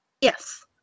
yes